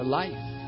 life